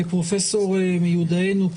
מיודענו,